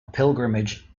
pilgrimage